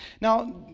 Now